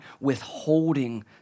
withholding